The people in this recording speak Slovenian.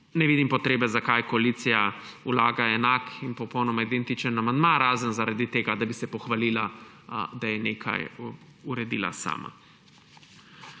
Ne vidim potrebe, zakaj koalicija vlaga enak in popolnoma identičen amandma, razen zaradi tega, da bi se pohvalila, da je nekaj uredila sama.